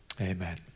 Amen